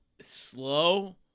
slow